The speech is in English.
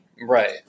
Right